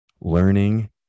learning